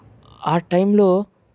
ఆ టైంలో